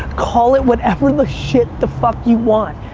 call it whatever the shit, the fuck you want.